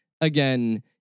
again